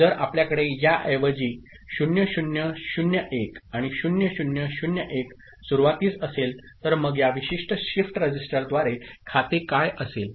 जर आपल्याकडे याऐवजी 0 0 0 1 आणि 0 0 0 1 सुरुवातीस असेल तर मग या विशिष्ट शिफ्ट रजिस्टरद्वारे खाते काय असेल